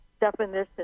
definition